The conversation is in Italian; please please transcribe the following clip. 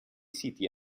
siti